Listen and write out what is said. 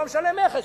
הוא לא משלם מכס,